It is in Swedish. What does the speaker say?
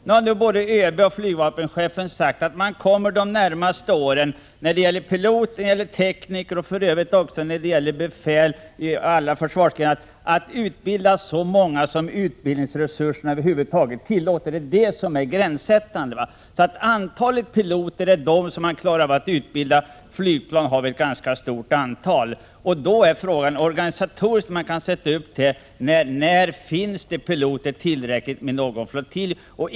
Nu har både ÖB och flygvapenchefen sagt att man de närmaste åren när det gäller piloter och tekniker och för Övrigt när det gäller befäl inom alla försvarsgrenar kommer att utbilda så många som utbildningsresurserna över huvud taget tillåter. Det är de resurserna som är gränssättande. Frågan när man organisatoriskt kan sätta upp ytterligare divisioner är då: När finns det tillräckligt många piloter vid någon flottilj?